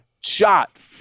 shot